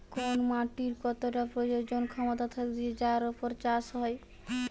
কোন মাটির কতটা প্রজনন ক্ষমতা থাকতিছে যার উপর চাষ হয়